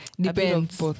Depends